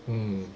mm